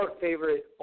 favorite